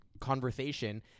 conversation